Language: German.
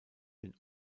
den